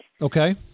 Okay